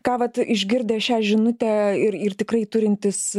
ką vat išgirdę šią žinutę ir ir tikrai turintis